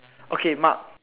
okay mark